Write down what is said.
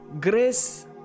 Grace